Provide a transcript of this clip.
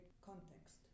context